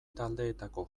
taldeetako